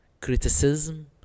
criticism